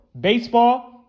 Baseball